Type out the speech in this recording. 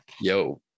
Yo